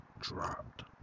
dropped